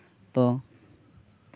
ᱛᱚ